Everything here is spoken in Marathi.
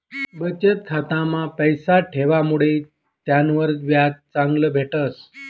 बचत खाता मा पैसा ठेवामुडे त्यानावर व्याज चांगलं भेटस